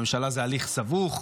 בממשלה זה הליך סבוך.